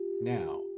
Now